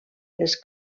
les